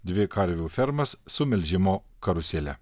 dvi karvių fermas su melžimo karusėle